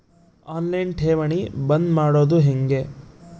On line ಠೇವಣಿ ಬಂದ್ ಮಾಡೋದು ಹೆಂಗೆ?